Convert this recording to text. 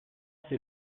c’est